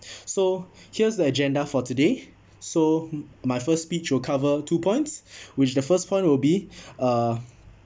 so here's the agenda for today so my first speech will cover two points which the first point will be uh